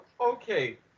Okay